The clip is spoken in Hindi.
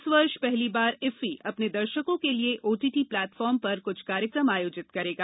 इस वर्ष पहली बार इफ्फी अपने दर्शकों के लिए ओटीटी प्लेटफार्म पर कुछ कार्यक्रम आयोजित करेगा